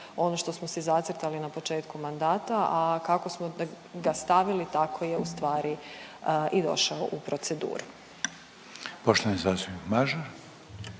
ono što smo si zacrtali na početku mandata, a kako smo ga stavili tako je u stvari i došao u proceduru. **Reiner, Željko